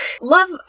Love